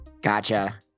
gotcha